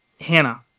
Hannah